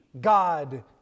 God